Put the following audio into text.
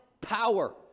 power